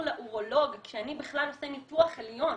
לאורולוג כשאני בכלל עושה ניתוח עליון,